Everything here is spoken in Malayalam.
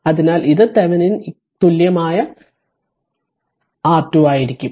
അതിനാൽ തെവെനിന് തുല്യമായത് r ആയിരിക്കും